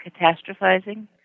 catastrophizing